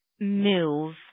move